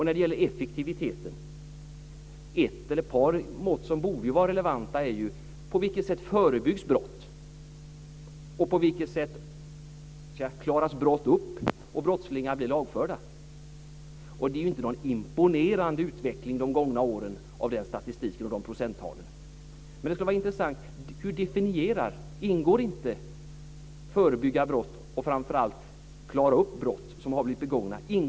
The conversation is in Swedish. När det gäller effektiviteten vill jag säga att ett par mått som borde vara relevanta handlar om på vilket sätt brott förebyggs och på vilket sätt brott klaras upp och brottslingar blir lagförda. Det har ju inte varit någon imponerande utveckling under de gångna åren av den statistiken och de procenttalen. Det skulle vara intressant att veta hur man definierar. Ingår det inte i justitieministerns effektivitetsskala att förebygga brott och framför allt att klara upp brott som har blivit begångna?